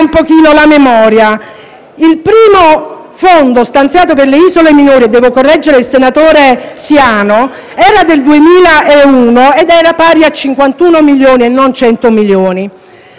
Il primo fondo stanziato per le isole minori - devo correggere il senatore De Siano - era del 2001 ed era pari a 51 milioni e non a 100 milioni. La storia qual è stata?